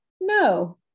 No